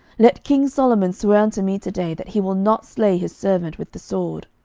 let king solomon swear unto me today that he will not slay his servant with the sword.